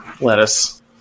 lettuce